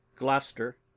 Gloucester